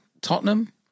Tottenham